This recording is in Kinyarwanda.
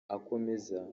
akomeza